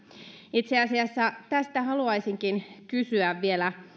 itse asiassa tästä haluaisinkin kysyä vielä